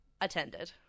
attended